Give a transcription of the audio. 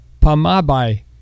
Pamabai